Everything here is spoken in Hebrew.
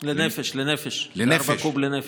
לנפש, 4 קוב לנפש.